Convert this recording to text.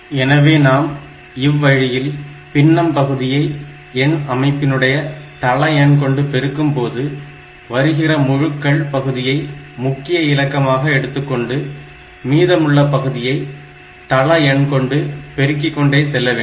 எனவே நாம் இவ்வழியில் பின்னம் பகுதியை எண் அமைப்பினுடைய தள எண் கொண்டு பெருக்கும்போது வருகிற முழுக்கள் பகுதியை முக்கிய இலக்கமாக எடுத்துக்கொண்டு மீதமுள்ள பகுதியை தள எண் கொண்டு பெருக்கி கொண்டே செல்ல வேண்டும்